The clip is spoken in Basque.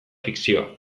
fikzioa